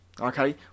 okay